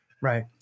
Right